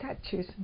statues